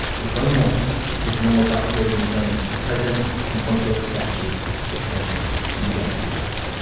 zone one is no more complicated than saying the president can point to a statute that says you get to do this.